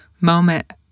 moment